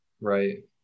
Right